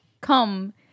come